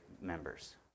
members